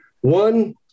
One